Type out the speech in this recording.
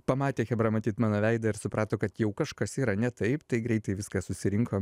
pamatė chebra matyt mano veidą ir suprato kad jau kažkas yra ne taip tai greitai viską susirinkom